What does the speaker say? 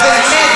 נו, באמת.